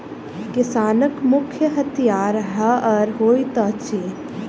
किसानक मुख्य हथियार हअर होइत अछि